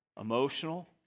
emotional